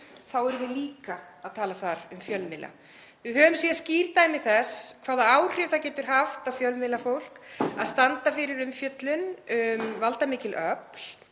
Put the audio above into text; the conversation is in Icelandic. þá erum við líka að tala þar um fjölmiðla. Við höfum séð skýr dæmi þess hvaða áhrif það getur haft á fjölmiðlafólk að standa fyrir umfjöllun um valdamikil öfl